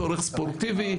צורך ספורטיבי,